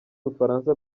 bufaransa